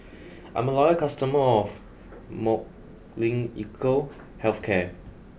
I'm a loyal customer of Molnylcke Health Care